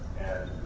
and